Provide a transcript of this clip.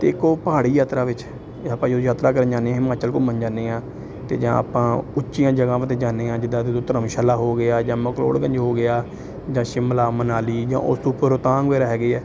ਅਤੇ ਇੱਕ ਉਹ ਪਹਾੜੀ ਯਾਤਰਾ ਵਿੱਚ ਇਹ ਆਪਾਂ ਜੋ ਯਾਤਰਾ ਕਰਨ ਜਾਂਦੇ ਹਾਂ ਹਿਮਾਚਲ ਘੁੰਮਣ ਜਾਂਦੇ ਹਾਂ ਅਤੇ ਜਾਂ ਆਪਾਂ ਉੱਚੀਆਂ ਜਗ੍ਹਾਵਾਂ 'ਤੇ ਜਾਂਦੇ ਹਾਂ ਜਿੱਦਾਂ ਜਦੋਂ ਧਰਮਸ਼ਾਲਾ ਹੋ ਗਿਆ ਜਾਂ ਮਕਲੋੜਗੰਜ ਹੋ ਗਿਆ ਜਾਂ ਸ਼ਿਮਲਾ ਮਨਾਲੀ ਜਾਂ ਉਸ ਤੋਂ ਉੱਪਰ ਰੋਹਤਾਂਗ ਵਗੈਰਾ ਹੈਗੇ ਆ